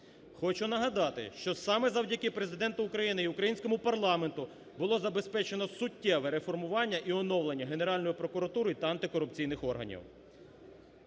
Хочу нагадати, що саме завдяки Президенту України і українському парламенту було забезпечено суттєве реформування і оновлення Генеральної прокуратури та антикорупційних органів.